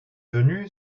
venu